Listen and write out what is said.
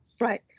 Right